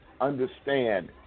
understand